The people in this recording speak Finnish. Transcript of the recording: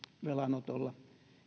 velanotolla